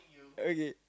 okay